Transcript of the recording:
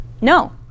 No